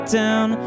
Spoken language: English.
down